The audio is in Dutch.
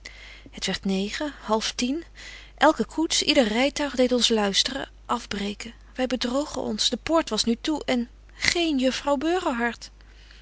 het werdt negen half tien elke koets yder rytuig deedt ons luisteren afbreken wy bedrogen ons de poort was nu toe en geen juffrouw